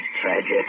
Tragic